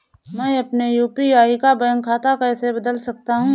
मैं अपने यू.पी.आई का बैंक खाता कैसे बदल सकता हूँ?